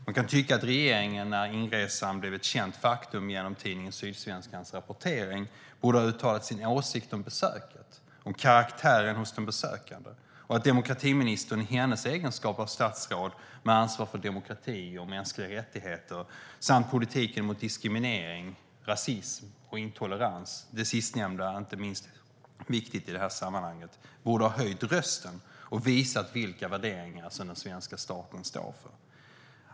Man kan tycka att regeringen, när inresan blev ett känt faktum genom Sydsvenskans rapportering, borde ha uttalat sin åsikt om besöket och om karaktären hos den besökande - och att demokratiministern i hennes egenskap av statsråd med ansvar för demokrati och mänskliga rättigheter samt politiken mot diskriminering, rasism och intolerans - det sistnämnda inte minst viktigt i detta sammanhang - borde ha höjt rösten och visat vilka värderingar den svenska staten står för.